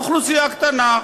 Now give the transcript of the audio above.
אוכלוסייה קטנה,